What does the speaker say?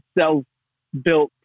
self-built